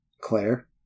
Claire